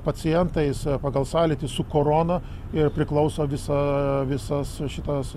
pacientais pagal sąlytį su korona ir priklauso visa visas šitas